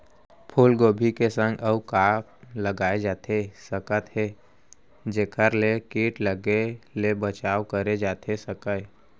फूलगोभी के संग अऊ का लगाए जाथे सकत हे जेखर ले किट लगे ले बचाव करे जाथे सकय?